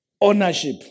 ownership